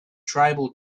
tribal